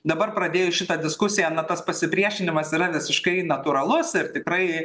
dabar pradėjus šitą diskusiją na tas pasipriešinimas yra visiškai natūralus ir tikrai